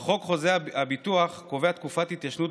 אך חוק חוזה הביטוח קובע תקופת התיישנות